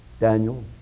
Daniel